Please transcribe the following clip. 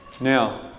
Now